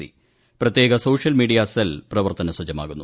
C പ്രത്യേക social media cell പ്രവർത്തന സജ്ജമാകുന്നു